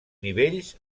nivells